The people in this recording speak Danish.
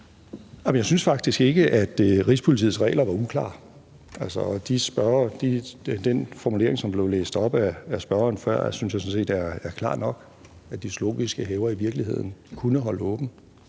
Jeg synes faktisk ikke, at Rigspolitiets regler var uklare. Den formulering, som blev læst op af hovedspørgeren før, synes jeg sådan set er klar nok, nemlig at de zoologiske haver i virkeligheden kunne holde åbent.